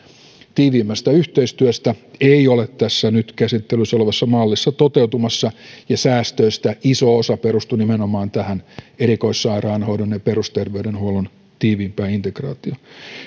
tiiviimmästä yhteistyöstä ei ole tässä nyt käsittelyssä olevassa mallissa toteutumassa ja säästöistä iso osa perustuu nimenomaan tähän erikoissairaanhoidon ja perusterveydenhuollon tiiviimpään integraatioon